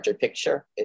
picture